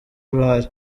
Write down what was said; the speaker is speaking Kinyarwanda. uruhare